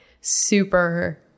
super